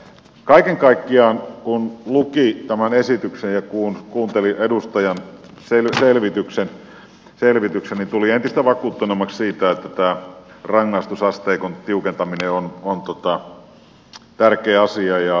kaiken kaikkiaan kun luki tämän esityksen ja kuunteli edustajan selvityksen tuli entistä vakuuttuneemmaksi siitä että rangaistusasteikon tiukantaminen on tärkeä asia ja hyvä asia